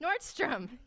Nordstrom